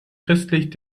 christlich